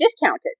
discounted